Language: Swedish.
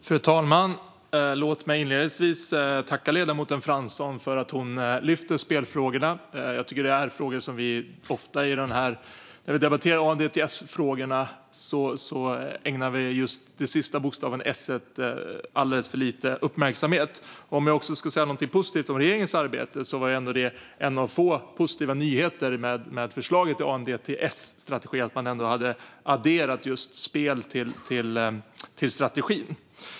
Fru talman! Låt mig inledningsvis tacka ledamoten Fransson för att hon lyfter fram spelfrågorna. När vi debatterar ANDTS-frågorna ägnar vi just den sista bokstaven, S:et, alldeles för lite uppmärksamhet. Om jag ska säga något positivt om regeringens arbete kan jag nämna att det var en av få positiva nyheter i förslaget om ANDTS-strategi att man hade adderat spel till strategin.